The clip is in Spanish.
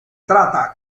trata